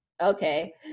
okay